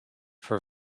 for